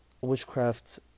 witchcraft